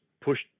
pushed